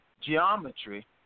geometry